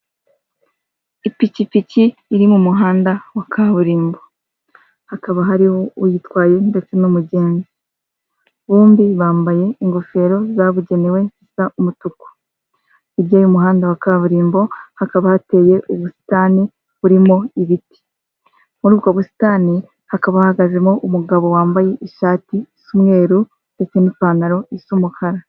Ipikipiki iri mu muhanda wa kaburimbo, hakaba hariho uyitwaye ndetse n'umugenzi, bombi bambaye ingofero zabugenewe zisa umutuku, hirya y'umuhanda wa kaburimbo hakaba hateye ubusitani burimo ibiti, muri ubwo busitani hakaba hahagazemo umugabo wambaye ishati y'umweru ndetse n'ipantaro y'umukara.